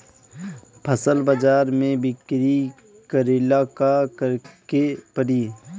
फसल बाजार मे बिक्री करेला का करेके परी?